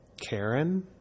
Karen